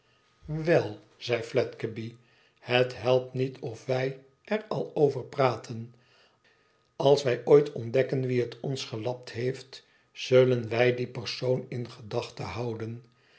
wel zei fledgeby thet helpt niet of wij er al over praten als wij ooit ontdekken wie het ons gelapt heeft zullen wij dien persoon in gedachte houden